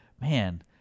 Man